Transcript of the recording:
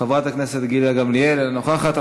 חברת הכנסת גילה גמליאל, אינם נוכחים.